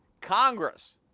Congress